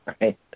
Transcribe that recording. right